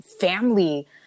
family